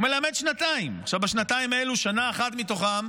בשנתיים האלה, שנה אחת מתוכן,